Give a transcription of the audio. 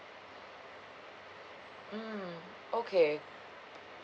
mm okay